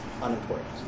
unimportant